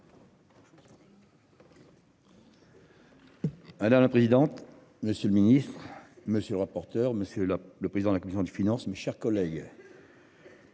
la la présidente. Monsieur le ministre, monsieur le rapporteur. Monsieur là le président de la commission des finances, mes chers collègues.